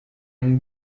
une